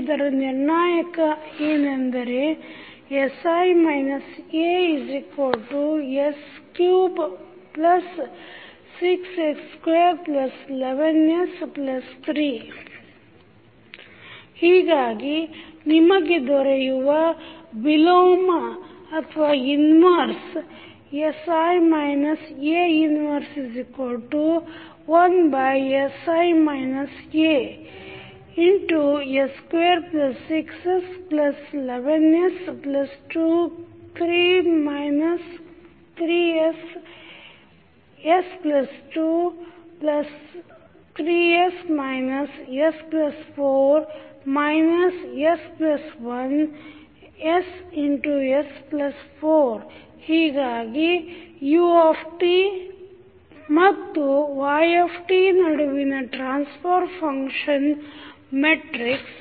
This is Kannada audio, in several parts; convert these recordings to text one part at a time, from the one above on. ಇದರ ನಿರ್ಣಾಯಕ ಏನೆಂದರೆ sI As36s211s3 ಹೀಗಾಗಿ ನಿಮಗೆ ದೊರೆಯುವ ವಿಲೋಮ 11sI As26s11 s2 3 3 ss2 3s s4 s1 ss4 ಹೀಗಾಗಿ u and y ನಡುವಿನ transfer function matrix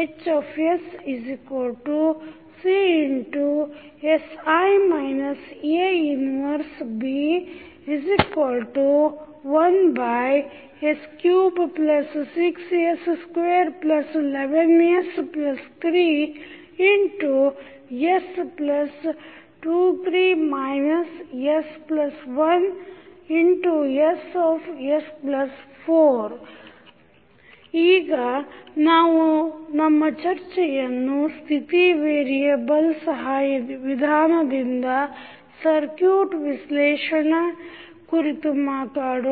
HsCsI A 1B1s36s211s3s2 3 s1 ss4 ಈಗ ನಾವು ನಮ್ಮ ಚರ್ಚೆಯನ್ನು ಸ್ಥಿತಿ ವೇರಿಯೆಬಲ್ ವಿಧಾನದಿಂದ ಸರ್ಕೂಟ್ ವಿಶ್ಲೇಷಣೆ ಕುರಿತು ಮಾಡೋಣ